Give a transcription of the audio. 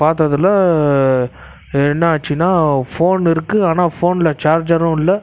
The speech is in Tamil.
பார்த்ததுல என்னாச்சின்னா ஃபோன் இருக்கு ஆனால் ஃபோனில் சார்ஜரும் இல்லை